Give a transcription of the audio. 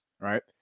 right